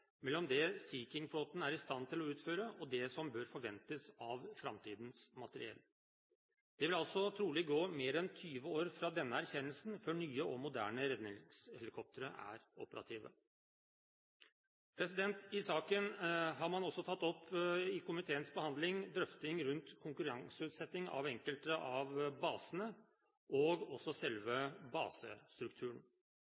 mellom det Sea King-flåten er i stand til å utføre, og det som bør forventes av framtidens materiell. Det vil altså trolig gå mer enn 20 år fra denne erkjennelsen før nye og moderne redningshelikoptre er operative. I komiteens behandling av saken har man også tatt opp drøfting rundt konkurranseutsetting av enkelte av basene og selve